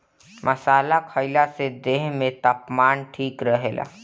मसाला खईला से देह में तापमान ठीक रहेला